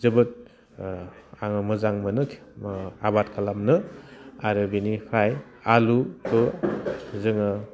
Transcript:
जोबोद आङो मोजां मोनो आबाद खालामनो आरो बेनिफ्राय आलुखौ जोङो